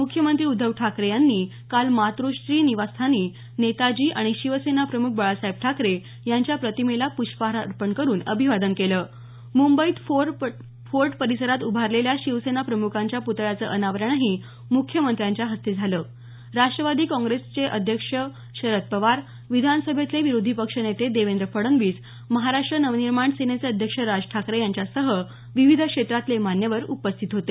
मुख्यमंत्री उद्धव ठाकरे यांनी काल मातोश्री निवासस्थानी नेताजी आणि शिवसेनाप्रमुख बाळासाहेब ठाकरे यांच्या प्रतिमेला प्ष्पहार अर्पण करून अभिवादन केलं मुंबईत फोर्ट परिसरात उभारलेल्या शिवसेनाप्रमुखांच्या प्तळ्याचं अनावरणही मुख्यमंत्र्यांच्या हस्ते झालं राष्ट्रवादी काँग्रेस पक्षाचे अध्यक्ष शरद पवार विधानसभेतले विरोधी पक्षनेते देवेंद्र फडणवीस महाराष्ट्र नवनिर्माण सेनेचे अध्यक्ष राज ठाकरे यांच्यासह विविध क्षेत्रातले मान्यवर उपस्थित होते